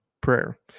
prayer